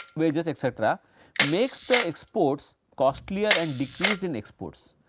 wages etcetera makes the exports costlier and decrease in exports.